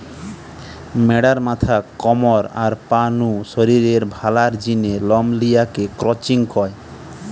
ম্যাড়ার মাথা, কমর, আর পা নু শরীরের ভালার জিনে লম লিয়া কে ক্রচিং কয়